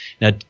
Now